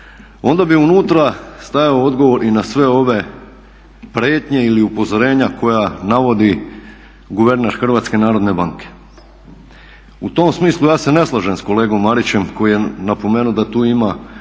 onda bi unutra stajao odgovor i na sve ove prijetnje ili upozorenja koja navodi guverner Hrvatske narodne banke. U tom smislu ja se ne slažem s kolegom Marićem koji je napomenuo da tu ima